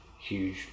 Huge